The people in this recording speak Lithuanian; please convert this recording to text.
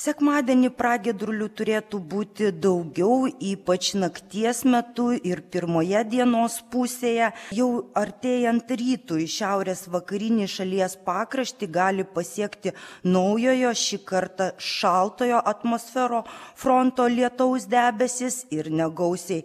sekmadienį pragiedrulių turėtų būti daugiau ypač nakties metu ir pirmoje dienos pusėje jau artėjant rytui šiaurės vakarinį šalies pakraštį gali pasiekti naujojo šį kartą šaltojo atmosfero fronto lietaus debesys ir negausiai